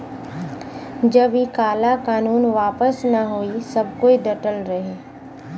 जब इ काला कानून वापस न होई सब कोई डटल रही